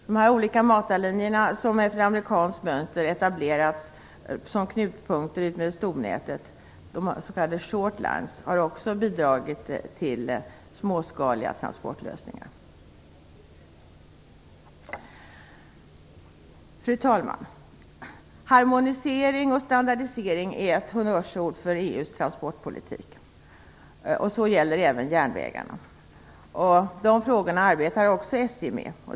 De olika matarlinjerna, som efter amerikanskt mönster har etablerats som knutpunkter utmed stornätet - s.k. short lines - har också bidragit till småskaliga transportlösningar. Fru talman! Harmonisering och standardisering är honnörsord för EU:s transportpolitik. Det gäller också för järnvägarna. SJ arbetar också med dessa frågor.